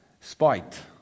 spite